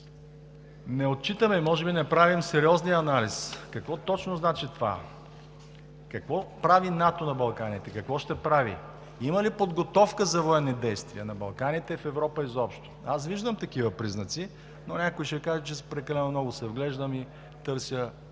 Не отчитаме, може би не правим сериозния анализ: какво точно значи това, какво прави НАТО на Балканите, какво ще прави? Има ли подготовка за военни действия на Балканите и в Европа изобщо? Аз виждам такива признаци, но някой ще каже, че прекалено много се вглеждам и търся